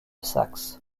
saxe